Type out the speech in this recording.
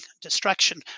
destruction